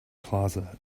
plaza